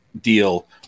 deal